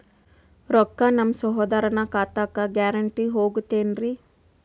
ರೊಕ್ಕ ನಮ್ಮಸಹೋದರನ ಖಾತಕ್ಕ ಗ್ಯಾರಂಟಿ ಹೊಗುತೇನ್ರಿ?